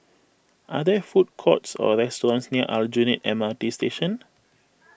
are there food courts or restaurants near Aljunied M R T Station